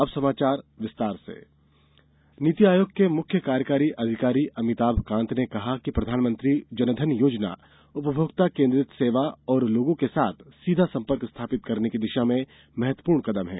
अमिताभकांत नीति आयोग के मुख्य कार्यकारी अधिकारी अमिताभ कांत ने कहा है कि प्रधानमंत्री जनधन योजना उपभोक्ता केन्द्रित सेवा और लोगों के साथ सीधा संपर्क स्थापित करने की दिशा में महत्वपूर्ण कदम है